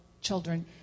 children